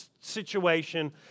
situation